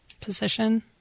position